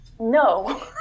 no